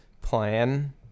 plan